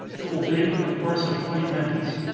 it will bake in the course of twenty minutes.